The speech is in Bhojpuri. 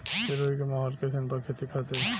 सिरोही के माहौल कईसन बा खेती खातिर?